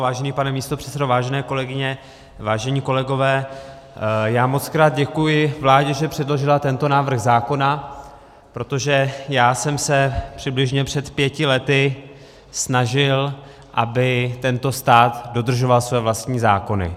Vážený pane místopředsedo, vážené kolegyně, vážení kolegové, mockrát děkuji vládě, že předložila tento návrh zákona, protože já jsem se přibližně před pěti lety snažil, aby tento stát dodržoval své vlastní zákony.